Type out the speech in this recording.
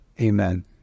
Amen